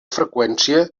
freqüència